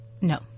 No